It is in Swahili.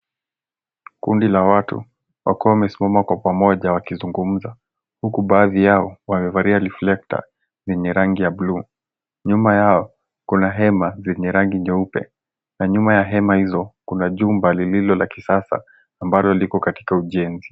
Kundi la watu wakiwa wamesimama kwa pamoja wakizungumza. Huku baadhi yao wamevalia reflector zenye rangi ya blue .Nyuma yao kuna hema zenye rangi nyeupe, na nyuma ya hema hizo kuna jumba lililo la kisasa, ambalo liko katika ujenzi.